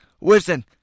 listen